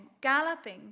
galloping